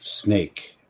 Snake